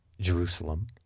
Jerusalem